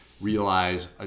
realize